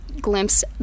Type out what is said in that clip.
glimpse